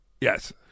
yes